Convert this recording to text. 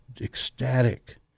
ecstatic